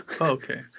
Okay